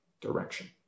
direction